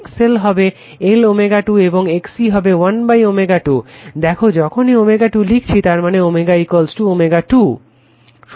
XL হবে L ω2 এবং XC হবে 1ω2 দেখো যখনই ω2 লিখছি তারমানে ω ω2